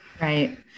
Right